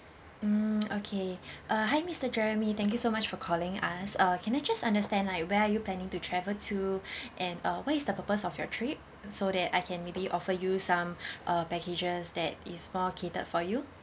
mm okay uh hi mister jeremy thank you so much for calling us uh can I just understand like where are you planning to travel to and uh what is the purpose of your trip so that I can maybe offer you some uh packages that is more catered for you